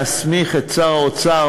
להסמיך את שר האוצר,